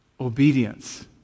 Obedience